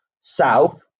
south